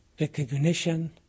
recognition